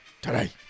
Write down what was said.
today